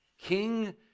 King